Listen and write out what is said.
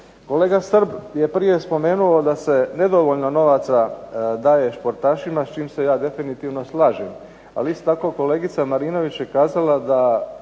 Kolega Srb je prije spomenuo da se nedovoljno novaca daje športašima s čim se ja definitivno slažem ali isto tako kolegica Marinović je kazala da